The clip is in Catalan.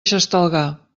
xestalgar